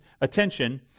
attention